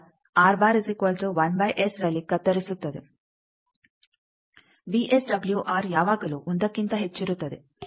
VSWR ಯಾವಾಗಲೂ 1ಕ್ಕಿಂತ ಹೆಚ್ಚಿರುತ್ತದೆ